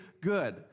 good